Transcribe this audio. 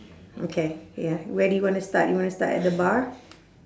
okay ya where do you want to start you want to start at the bar